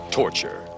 torture